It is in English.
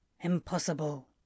Impossible